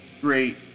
great